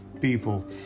people